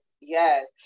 yes